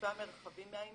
שופע מרחבים מאיימים,